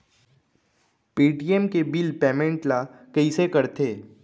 Paytm के bill payment ल कइसे करथे?